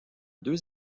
deux